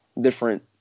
different